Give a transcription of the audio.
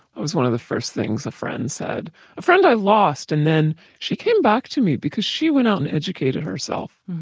was one of the first things a friend said. a friend i lost, and then she came back to me because she went out and educated herself.